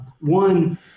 One